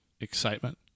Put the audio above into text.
excitement